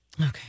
Okay